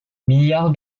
milliard